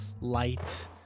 light